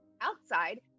Outside